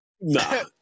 Nah